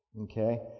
Okay